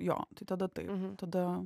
jo tai tada taip tada